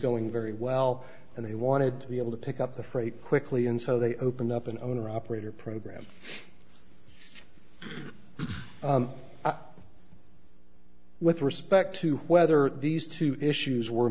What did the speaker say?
going very well and they wanted to be able to pick up the freight quickly and so they opened up an owner operator program with respect to whether these two issues were